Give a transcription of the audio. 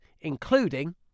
including